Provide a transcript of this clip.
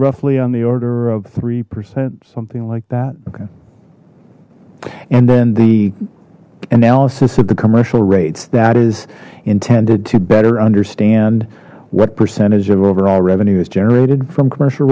roughly on the order of three percent something like that okay and then the analysis of the commercial rates that is intended to better understand what percentage of overall revenue is generated from commercial